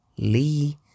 Lee